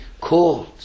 called